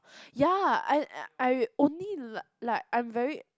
ya I I only li~ like I'm very